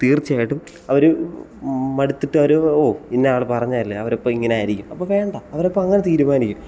തീർച്ചയായിട്ടും അവർ മടുത്തിട്ടവർ ഓ ഇന്ന ആൾ പറഞ്ഞതല്ലേ അവിടെ ഇപ്പം ഇങ്ങനെയായിരിക്കും അപ്പം വേണ്ട അവരപ്പം അങ്ങനെ തീരുമാനിക്കും